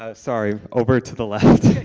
ah sorry, over to the left.